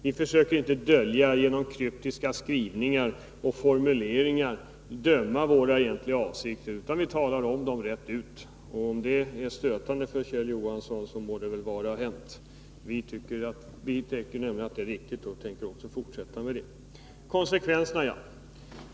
Vi försöker inte att genom kryptiska skrivningar och formuleringar dölja våra egentliga avsikter, utan vi talar om dem rätt ut. Om det är stötande för Kjell Johansson, må det väl vara hänt. Vi tycker att det är riktigt och tänker också fortsätta med det.